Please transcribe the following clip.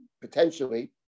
potentially